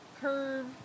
curve